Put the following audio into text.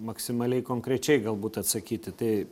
maksimaliai konkrečiai galbūt atsakyt į tai